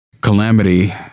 calamity